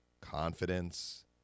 confidence